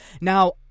Now